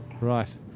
Right